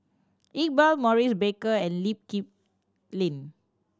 Iqbal Maurice Baker and Lee Kip Lin